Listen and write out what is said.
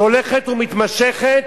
שהולכת ומתמשכת,